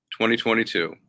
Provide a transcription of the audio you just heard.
2022